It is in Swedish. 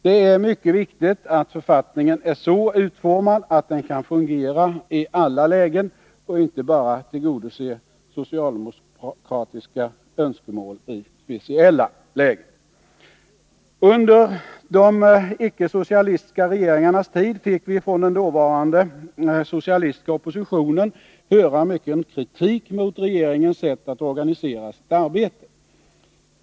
Det mycket viktiga är att författningen är så utformad att den kan fungera i alla lägen och inte bara tillgodoser socialdemokratiska önskemål i speciella lägen. Under de icke socialistiska regeringarnas tid fick vi från den dåvarande socialistiska oppositionen höra mycken kritik mot regeringens sätt att organisera sitt arbete.